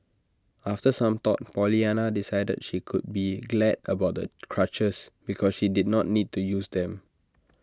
after some thought Pollyanna decided she could be glad about the crutches because she did not need to use them